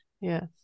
Yes